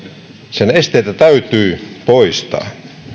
sen esteitä täytyy poistaa